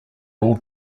all